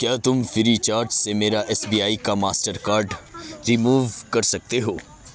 کیا تم free charge سے میرا ایس بی آئی کا ماسٹر کارڈ رموو کر سکتے ہو